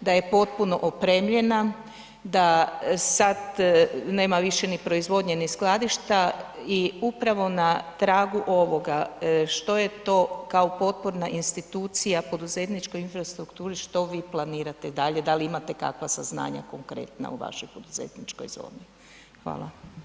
da je potpuno opremljena, da sad nema više ni proizvodnje ni skladišta i upravo na tragu ovoga što je kao potporna institucija poduzetničkoj infrastrukturi, što vi planirate dalje, da li imate kakva saznanja konkretno u vašoj poduzetničkoj zoni, hvala.